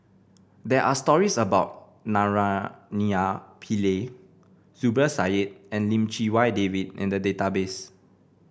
there are stories about Naraina Pillai Zubir Said and Lim Chee Wai David in the database